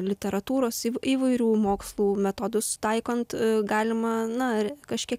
literatūros įv įvairių mokslų metodus taikant galima na kažkiek